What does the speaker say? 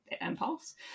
impulse